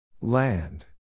Land